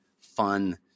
fun